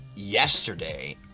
yesterday